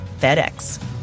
FedEx